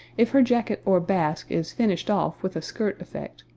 if her jacket or basque is finished off with a skirt effect,